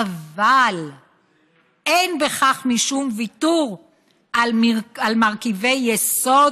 אבל "אין בכך משום ויתור על מרכיבי יסוד